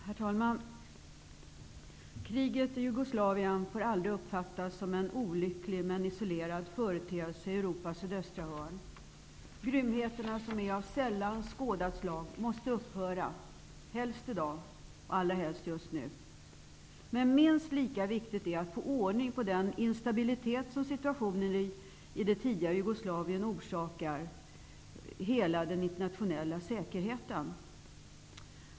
Herr talman! Kriget i Jugoslavien får aldrig uppfattas som en olycklig men isolerad företeelse i Europas sydöstra hörn. Grymheterna, som är av sällan skådat slag, måste upphöra, i dag eller helst just nu. Men minst lika viktigt är att få ordning på den instabilitet som situationen i det tidigare Jugoslavien skapar i hela den internationella säkerheten.